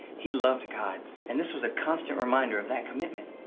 he loved god and this was a constant reminder of that commitment.